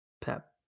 Pep